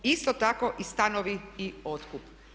Isto tako i stanovi i otkup.